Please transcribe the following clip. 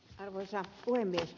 arvoisa puhemies